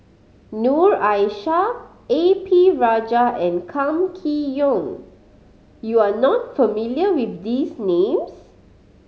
Noor Aishah A P Rajah and Kam Kee Yong you are not familiar with these names